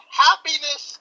happiness